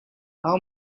how